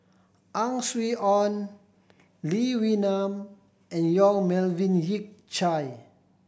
Ang Swee Aun Lee Wee Nam and Yong Melvin Yik Chye